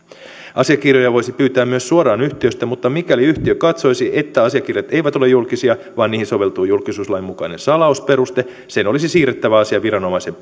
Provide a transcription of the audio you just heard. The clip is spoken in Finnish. asiakirjoja voisi pyytää myös suoraan yhtiöstä mutta mikäli yhtiö katsoisi että asiakirjat eivät ole julkisia vaan niihin soveltuu julkisuuslain mukainen salausperuste sen olisi siirrettävä asia viranomaisen